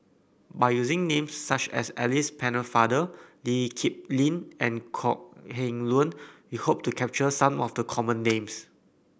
by using names such as Alice Pennefather Lee Kip Lin and Kok Heng Leun we hope to capture some of the common names